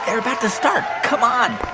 they're about to start. come on.